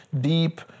deep